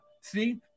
See